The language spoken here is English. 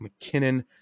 McKinnon